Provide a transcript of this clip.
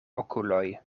okuloj